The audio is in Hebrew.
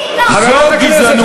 זו גזענות.